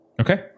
okay